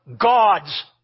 God's